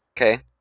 Okay